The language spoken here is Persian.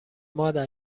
مادر